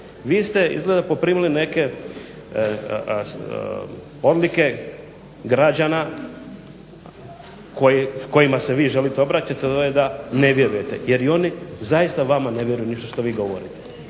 Vi ste izgleda poprimili neke odlike građana kojima se vi želite obraćati, a to je da ne vjerujete jer i oni zaista vama ne vjeruju ništa što vi govorite.